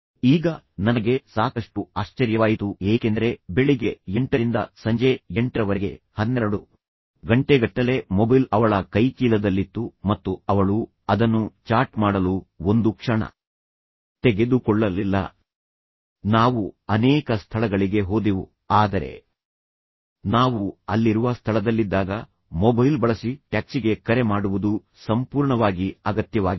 ಈಗ ನನಗೆ ಸಾಕಷ್ಟು ಆಶ್ಚರ್ಯವಾಯಿತು ಏಕೆಂದರೆ ಬೆಳಿಗ್ಗೆ ಎಂಟರಿಂದ ಸಂಜೆ ಎಂಟರವರೆಗೆ ಹನ್ನೆರಡು ಗಂಟೆಗಟ್ಟಲೆ ಮೊಬೈಲ್ ಅವಳ ಕೈಚೀಲದಲ್ಲಿತ್ತು ಮತ್ತು ಅವಳು ಅದನ್ನು ಚಾಟ್ ಮಾಡಲು ಒಂದು ಕ್ಷಣ ತೆಗೆದುಕೊಳ್ಳಲಿಲ್ಲ ನಾವು ಅನೇಕ ಸ್ಥಳಗಳಿಗೆ ಹೋದೆವು ಆದರೆ ನಾವು ಅಲ್ಲಿರುವ ಸ್ಥಳದಲ್ಲಿದ್ದಾಗ ಮೊಬೈಲ್ ಬಳಸಿ ಟ್ಯಾಕ್ಸಿಗೆ ಕರೆ ಮಾಡುವುದು ಸಂಪೂರ್ಣವಾಗಿ ಅಗತ್ಯವಾಗಿತ್ತು